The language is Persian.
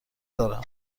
دارم